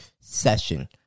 Session